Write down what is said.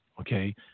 okay